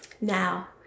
now